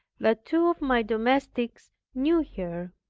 that two of my domestics knew her.